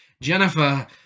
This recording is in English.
Jennifer